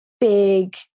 big